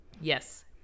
Yes